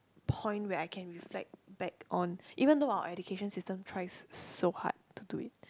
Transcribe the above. point where I can reflect back on even though our education system tries so hard to do it